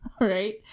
Right